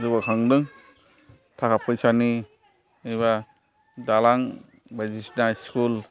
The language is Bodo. जौगाखांदों थाखा फैसानि एबा दालां बायदिसिना स्कुल